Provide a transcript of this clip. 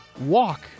walk